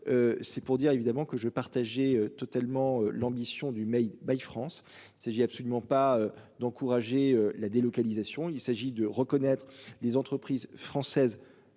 C'est pour dire évidemment que je partageais totalement l'ambition du Made by France s'agit absolument pas d'encourager la délocalisation. Il s'agit de reconnaître les entreprises françaises